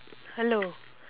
hello